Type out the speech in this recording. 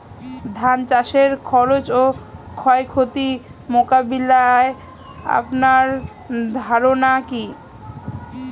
ধান চাষের খরচ ও ক্ষয়ক্ষতি মোকাবিলায় আপনার ধারণা কী?